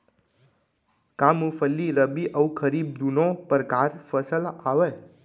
का मूंगफली रबि अऊ खरीफ दूनो परकार फसल आवय?